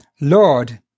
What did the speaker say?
Lord